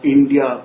India